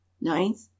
ninth